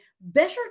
better